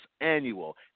annual